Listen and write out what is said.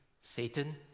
Satan